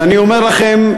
ואני אומר לכם,